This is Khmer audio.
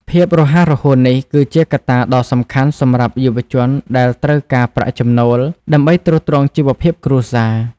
ភាពរហ័សរហួននេះគឺជាកត្តាដ៏សំខាន់សម្រាប់យុវជនដែលត្រូវការប្រាក់ចំណូល ដើម្បីទ្រទ្រង់ជីវភាពគ្រួសារ។